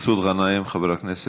מסעוד גנאים, חבר הכנסת.